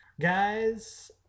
Guys